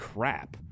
Crap